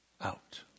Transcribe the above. out